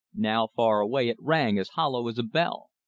now far away it rang as hollow as a bell.